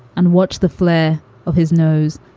and watch the flare of his nose.